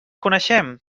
coneixem